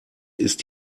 ist